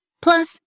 Plus